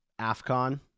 AFCON